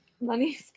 Money